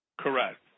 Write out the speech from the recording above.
Correct